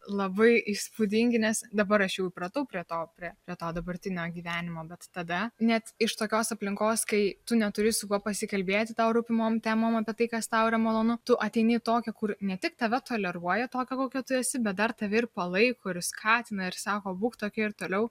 labai įspūdingi nes dabar aš jau įpratau prie to prie to dabartinio gyvenimo bet tada net iš tokios aplinkos kai tu neturi su kuo pasikalbėti tau rūpimom temom apie tai kas tau yra malonu tu ateini į tokią kur ne tik tave toleruoja tokią kokia tu esi bet dar tave ir palaiko ir skatina ir sako būk tokia ir toliau